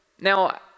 Now